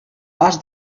pas